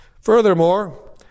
Furthermore